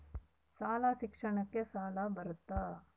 ಶಾಲಾ ಶಿಕ್ಷಣಕ್ಕ ಸಾಲ ಬರುತ್ತಾ?